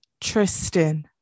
Tristan